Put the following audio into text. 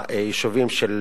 היישובים של